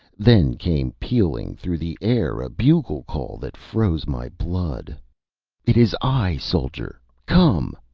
then came pealing through the air a bugle-call that froze my blood it is i, soldier come!